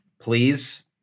please